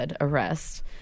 arrest